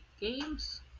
games